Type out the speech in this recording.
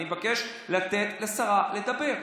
אני מבקש לתת לשרה לדבר.